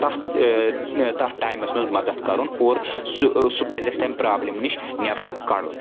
تَتھ تتھ ٹایمس منٛز مدتھ کرُن اور سُہ سُھ پزِ اَسہِ تمہِ پرابلم نیش نٮ۪بر کڑُن